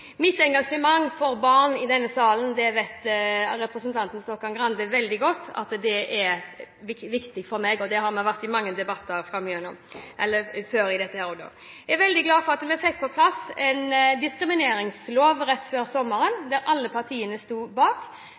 mitt engasjement for barn i denne salen, vet representanten Grande veldig godt at det er viktig for meg, og det har vi vært i mange debatter om før. Jeg er veldig glad for at vi fikk på plass en diskrimineringslov rett før sommeren som alle partiene sto bak.